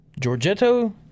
Giorgetto